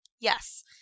Yes